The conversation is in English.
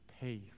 pay